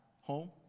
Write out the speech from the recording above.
home